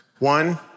One